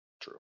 true